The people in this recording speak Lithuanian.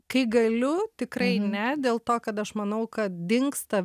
kai galiu tikrai ne dėl to kad aš manau kad dingsta